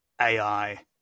AI